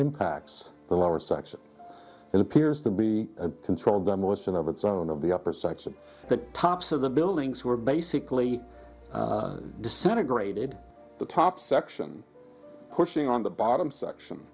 impacts the lower section it appears to be a controlled demolition of its own of the upper section the tops of the buildings were basically disintegrated the top section pushing on the bottom section